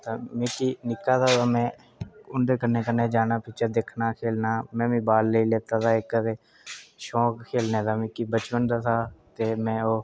ता मिगी निक्का हा में ते उं'दे कन्नै कन्नै जाना पिच्छें दिक्खना खेढना में बी बाल लेई लैता दा हा इक ते शौक खेढने दा मिगी बचपन दा हा ते में ओह्